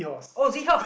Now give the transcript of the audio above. oh seahorse